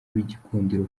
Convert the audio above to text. b’igikundiro